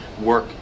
work